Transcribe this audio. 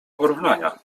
porównania